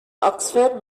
oxford